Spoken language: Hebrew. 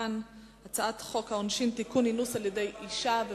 הצעת חוק העונשין (תיקון, אינוס על-ידי אשה).